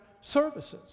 services